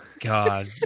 God